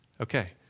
Okay